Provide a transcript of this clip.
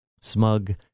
Smug